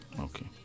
Okay